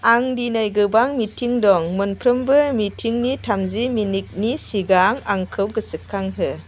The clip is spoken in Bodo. आंहा दिनै गोबां मिटिं दं मोनफ्रोमबो मिटिंनि थामजि मिनिटनि सिगां आंखौ गोसोखांहो